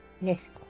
Yes